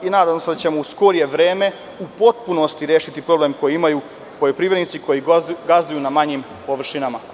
Nadamo se da ćemo u skorije vreme u potpunosti rešiti problem koji imaju poljoprivredni koji gazduju na manjim površinama.